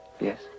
Yes